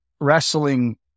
wrestling